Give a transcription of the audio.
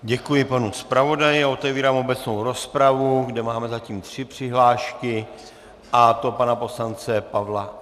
Děkuji panu zpravodaji a otevírám obecnou rozpravu, kde máme zatím tři přihlášky, a to pana poslance Pavla Jelínka...